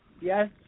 yes